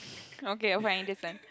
okay I'm fine until ten